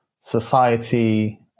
society